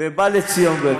ובא לציון גואל.